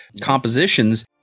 compositions